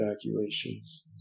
evacuations